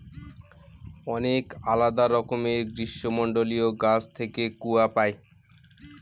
অনেক আলাদা রকমের গ্রীষ্মমন্ডলীয় গাছ থেকে কূয়া পাই